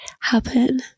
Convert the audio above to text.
happen